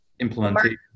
implementation